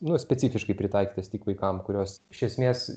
nu specifiškai pritaikytas tik vaikam kurios iš esmės